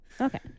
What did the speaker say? Okay